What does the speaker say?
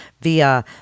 via